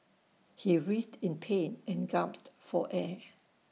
he writhed in pain and gasped for air